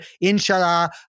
Inshallah